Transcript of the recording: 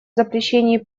запрещении